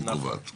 נכון.